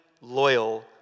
loyal